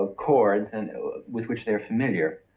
chords and with which they're familiar.